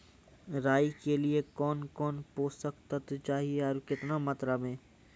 राई के लिए कौन कौन पोसक तत्व चाहिए आरु केतना मात्रा मे?